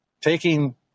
Taking